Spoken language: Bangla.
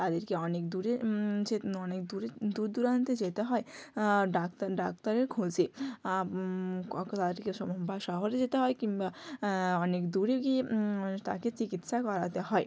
তাদেরকে অনেক দূরে যে অনেক দূরে দূর দূরান্তে যেতে হয় ডাক্তার ডাক্তারের খোঁজে কখনো তাদেরকে বা শহরে যেতে হয় কিংবা অনেক দূরে গিয়ে তাকে চিকিৎসা করাতে হয়